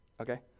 okay